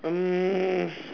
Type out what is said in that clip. mm